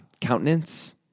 countenance